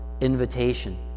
invitation